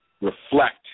reflect